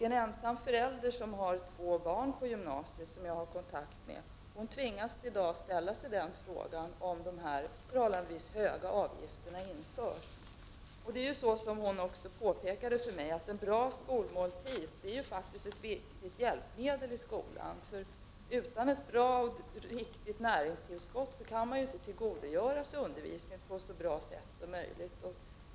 En ensam förälder som jag har kontakt med och som har två barn i gymnasiet tvingas i dag ställa sig den frågan, om dessa förhållandevis höga avgifter införs. Som hon påpekat för mig är ju en bra skolmåltid ett viktigt hjälpmedel iskolan. Utan ett bra och riktigt näringstillskott kan ju eleverna inte tillgodogöra sig undervisningen på ett så bra sätt som möjligt.